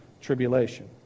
tribulation